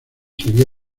seguía